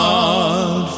God